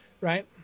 Right